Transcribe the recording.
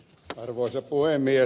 arvoisa puhemies